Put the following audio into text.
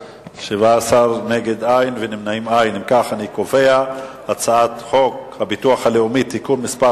ההצעה להעביר את הצעת חוק הביטוח הלאומי (תיקון מס'